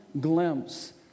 glimpse